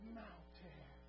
mountain